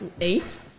eight